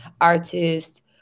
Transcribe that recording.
artist